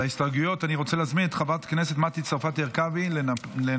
אני רוצה להזמין את חברת הכנסת מטי צרפתי הרכבי לנמק.